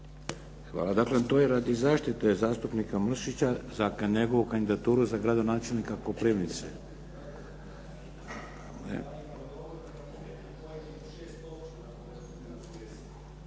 Hvala. Dakle, to je radi zaštite zastupnika Mršića za njegovu kandidaturu za gradonačelnika Koprivnice.